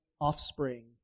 offspring